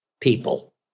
people